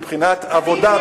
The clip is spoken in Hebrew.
מבחינת עבודה,